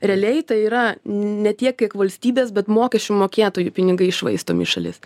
realiai tai yra ne tiek kiek valstybės bet mokesčių mokėtojų pinigai iššvaistomi į šalis